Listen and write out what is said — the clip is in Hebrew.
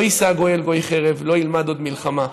'לא ישא גוי אל גוי חרב ולא ילמדו עוד מלחמה'".